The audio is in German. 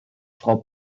frau